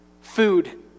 food